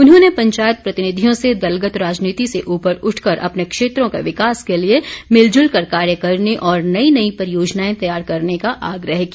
उन्होंने पंचायत प्रतिनिधियों से दलगत राजनीति से ऊपर उठकर अपने क्षेत्रों के विकास के लिए मिलजुल कर कार्य करने और नई नई परियोजनाएं तैयार करने का आग्रह किया